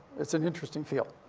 it's an interesting field.